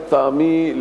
לטעמי,